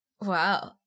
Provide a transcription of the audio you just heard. Wow